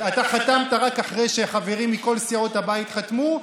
אתה חתמת רק אחרי שחברים מכל סיעות הבית חתמו,